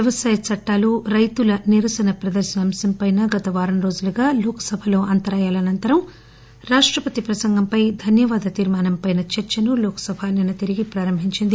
వ్యవసాయ చట్టాలు రైతుల నిరసన ప్రదర్శన అంశంపైనా గత వారం రోజులుగా లోక్ సభలో అంతరాయాల అనంతరం రాష్టపతి ప్రసంగంపై ధన్యవాద తీర్మానంపై చర్చను లోక్సభ నిన్న తిరిగి ప్రారంభించింది